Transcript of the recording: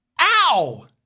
Ow